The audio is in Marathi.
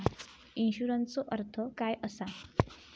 इन्शुरन्सचो अर्थ काय असा?